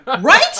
Right